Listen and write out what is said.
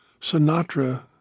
Sinatra